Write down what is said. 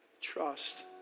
trust